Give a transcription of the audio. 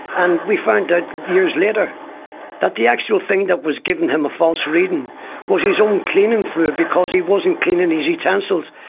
and we found out years later that the actual thing that was giving him a false reading was his own cleaning fluid, because he wasn't cleaning and his utensils.